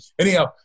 Anyhow